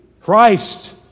Christ